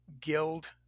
guild